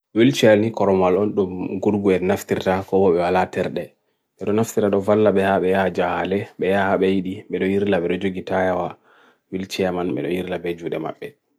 Be do naftira korowal mai ngam hosugo nyawbe.